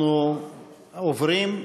אנחנו עוברים,